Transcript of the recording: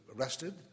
arrested